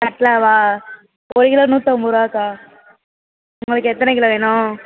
கட்லாவா ஒரு கிலோ நூற்றைம்பதுரூவாக்கா உங்களுக்கு எத்தனை கிலோ வேணும்